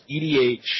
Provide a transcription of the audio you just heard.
EDH